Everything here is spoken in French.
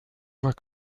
voit